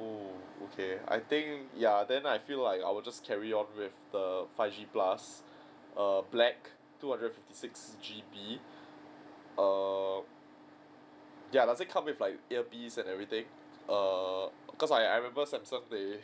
oo okay I think ya then I feel like I'll just carry on with the five G plus err black two hundred fifty six G_B err ya does it come with like earpiece and everything err cause I I remember samsung they